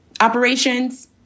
operations